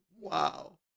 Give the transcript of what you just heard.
Wow